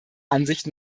ansicht